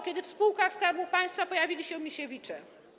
kiedy w spółkach Skarbu Państwa pojawili się Misiewicze.